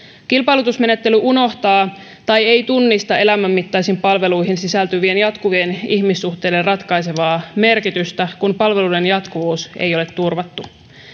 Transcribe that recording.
kilpailutusmenettely unohtaa tai ei tunnista elämänmittaisiin palveluihin sisältyvien jatkuvien ihmissuhteiden ratkaisevaa merkitystä kun palveluiden jatkuvuus ei ole turvattu